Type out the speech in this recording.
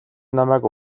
намайг